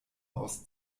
aus